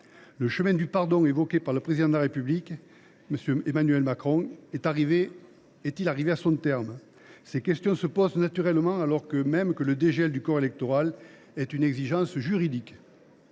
du chemin du pardon évoqué par le Président de la République, Emmanuel Macron ? Ces questions se posent naturellement, alors même que le dégel du corps électoral est une exigence juridique.